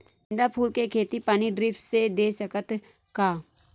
गेंदा फूल के खेती पानी ड्रिप से दे सकथ का?